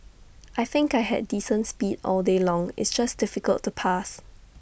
I think I had decent speed all day long it's just difficult to pass